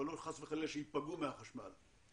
אנחנו גם יכולים לחסוך למשק ולחברת חשמל 150 מיליון